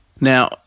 Now